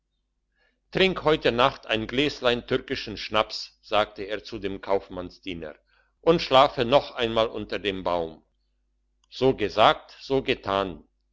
trink heute nacht ein gläslein türkischen schnaps sagte er zu dem kaufmannsdiener und schlafe noch einmal unter dem baum so gesagt so getan